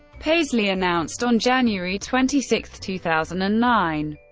paisley announced on january twenty six, two thousand and nine,